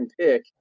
pick